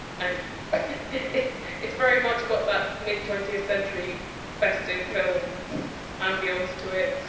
and it's it's very much got that mid twentieth century festive film ambience to it.